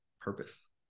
purpose